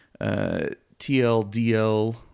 TLDL